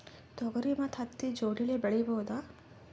ತೊಗರಿ ಮತ್ತು ಹತ್ತಿ ಜೋಡಿಲೇ ಬೆಳೆಯಬಹುದಾ?